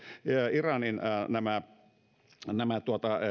iranin